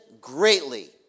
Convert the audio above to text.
greatly